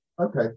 Okay